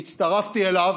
והצטרפתי אליו.